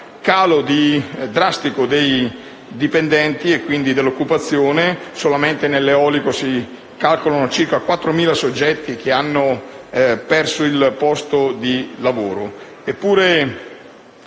calo drastico dei dipendenti e, quindi, dell'occupazione. Solamente nell'eolico si calcolano circa 4.000 soggetti che hanno perso il posto di lavoro.